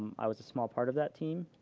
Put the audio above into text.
i was a small part of that team.